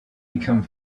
become